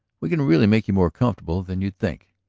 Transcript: we can really make you more comfortable than you'd think.